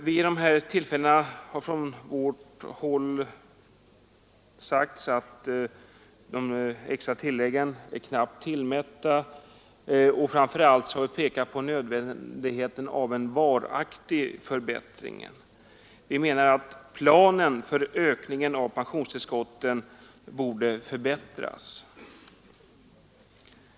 Vid dessa tillfällen har vi från vårt håll sagt att de extra tilläggen är alltför knappt tillmätta, och framför allt har vi pekat på nödvändigheten av en varaktig förbättring. Planen för ökningen av pensionstillskotten borde enligt vår mening förbättras.